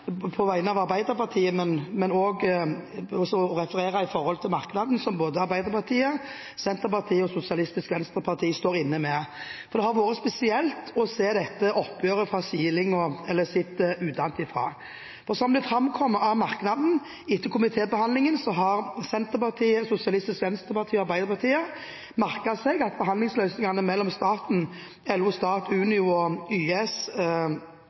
på vegne av Arbeiderpartiet – å referere til den merknaden som Arbeiderpartiet, Senterpartiet og Sosialistisk Venstreparti står inne med. Det har vært spesielt å se på dette lønnsoppgjøret utenfra. Som det framkommer av merknaden, har Senterpartiet, Sosialistisk Venstreparti og Arbeiderpartiet etter komitébehandlingen merket seg at forhandlingsløsningene mellom staten, LO Stat, Unio, YS